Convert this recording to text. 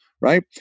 right